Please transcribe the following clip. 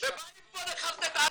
ובאים פה לחרטט עלינו.